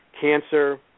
Cancer